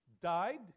died